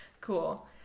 Cool